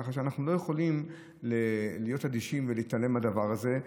ככה שאנחנו לא יכולים להיות אדישים ולהתעלם מהדבר הזה.